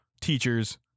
teachers